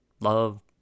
Love